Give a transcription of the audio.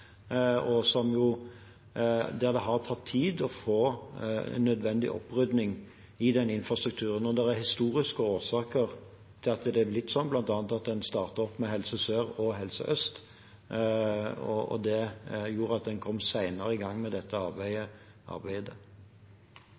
der det har tatt tid å få nødvendig opprydding i infrastrukturen. Det er historiske årsaker til at det er blitt sånn, bl.a. at en startet opp med Helse Sør og Helse Øst. Det gjorde at en kom senere i gang med dette arbeidet.